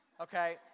Okay